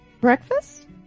Breakfast